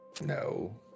No